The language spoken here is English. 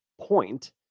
point